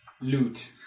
loot